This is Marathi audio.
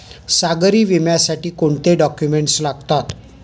सागरी विम्यासाठी कोणते डॉक्युमेंट्स लागतात?